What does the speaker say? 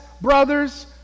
brothers